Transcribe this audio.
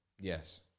Yes